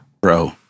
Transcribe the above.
bro